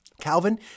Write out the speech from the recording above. Calvin